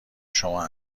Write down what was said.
شما